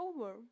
over